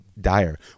dire